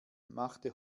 machte